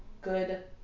good